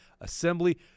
assembly